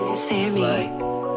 Sammy